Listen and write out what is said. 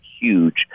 huge